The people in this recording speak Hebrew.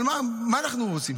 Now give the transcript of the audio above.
אבל מה אנחנו רוצים?